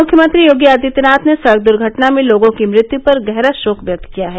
मुख्यमंत्री योगी आदित्यनाथ ने सड़क दुर्घटना में लोगों की मृत्यु पर गहरा शोक व्यक्त किया है